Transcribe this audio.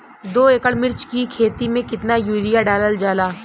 दो एकड़ मिर्च की खेती में कितना यूरिया डालल जाला?